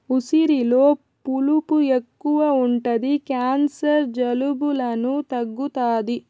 ఉసిరిలో పులుపు ఎక్కువ ఉంటది క్యాన్సర్, జలుబులను తగ్గుతాది